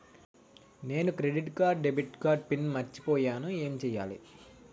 నేను credit card debit card pin మర్చిపోయేను ఎం చెయ్యాలి?